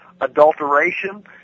adulteration